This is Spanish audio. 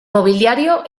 mobiliario